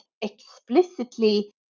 explicitly